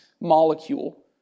molecule